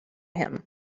him